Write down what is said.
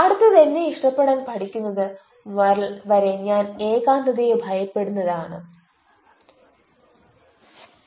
അടുത്തത് എന്നെ ഇഷ്ടപ്പെടാൻ പഠിക്കുന്നത് വരെ ഞാൻ ഏകാന്തതയെ ഭയപ്പെടുന്നത് ആണ്